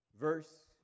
Verse